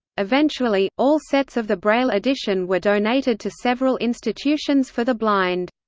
eventually, all sets of the braille edition were donated to several institutions for the blind.